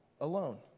alone